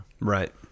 Right